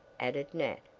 added nat,